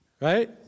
right